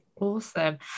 Awesome